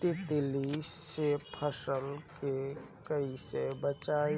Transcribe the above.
तितली से फसल के कइसे बचाई?